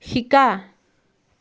শিকা